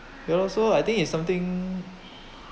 ya lor so I think is something